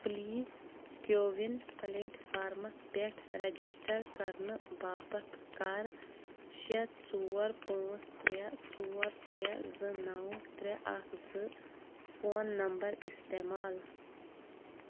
please CoWIN پَلیٹفارمَس پٮ۪ٹھ register کرنہٕ باپتھ کَر شےٚ ژور پانٛژھ ترٛےٚ ژور ترٛےٚ زٕ نَو ترٛےٚ اَکھ زٕ فون نَمبر استعمال